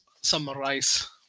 summarize